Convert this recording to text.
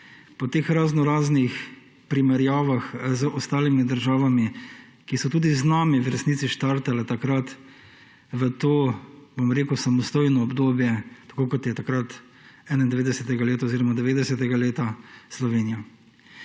po teh raznoraznih primerjavah z ostalimi državami, ki so tudi z nami v resnici štartale takrat v to samostojno obdobje, kot je takrat 1990. leta Slovenija.